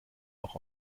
auch